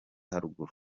haruguru